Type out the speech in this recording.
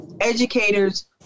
educators